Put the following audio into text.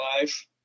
life